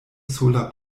sola